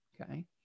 Okay